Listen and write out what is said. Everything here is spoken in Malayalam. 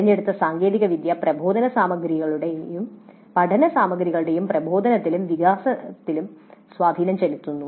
തിരഞ്ഞെടുത്ത സാങ്കേതികവിദ്യ പ്രബോധന സാമഗ്രികളുടെയും പഠന സാമഗ്രികളുടെയും പ്രബോധനത്തിലും വികാസത്തിലും സ്വാധീനം ചെലുത്തുന്നു